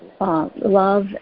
Love